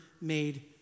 made